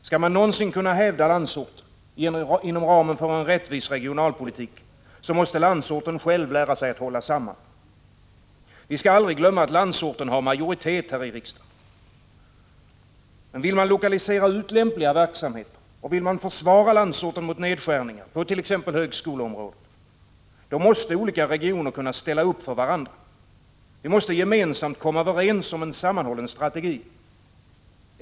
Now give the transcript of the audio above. Skall man någonsin kunna hävda landsortens intressen inom ramen för en rättvis regionalpolitik, så måste landsorten själv lära sig att hålla samman. Vi skall aldrig glömma att landsorten har majoritet här i riksdagen. Men vill man lokalisera ut lämpliga verksamheter och vill man försvara landsorten mot nedskärningar på t.ex. högskoleområdet — då måste olika regioner kunna ställa upp för varandra. Vi måste gemensamt komma överens om en sammanhållen strategi.